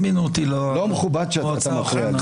לא הזמינו אותי למועצה האחרונה.